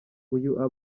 uyu